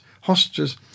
hostages